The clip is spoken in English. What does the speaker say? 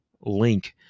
link